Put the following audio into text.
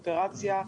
אופרציה,